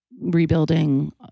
rebuilding